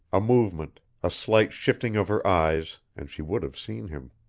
a movement, a slight shifting of her eyes, and she would have seen him.